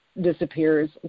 disappears